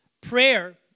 Prayer